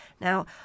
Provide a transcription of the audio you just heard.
Now